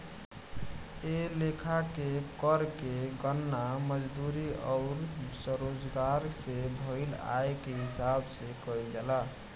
ए लेखा के कर के गणना मजदूरी अउर स्वरोजगार से भईल आय के हिसाब से कईल जाला